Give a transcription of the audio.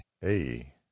Hey